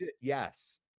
Yes